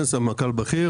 הבריאות,